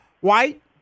white